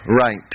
right